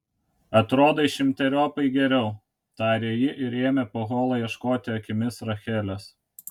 atrodai šimteriopai geriau tarė ji ir ėmė po holą ieškoti akimis rachelės